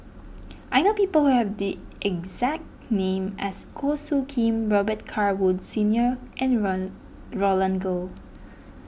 I know people who have the exact name as Goh Soo Khim Robet Carr Woods Senior and Roland Goh